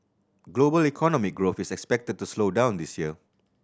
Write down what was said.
global economic growth is expected to slow down this year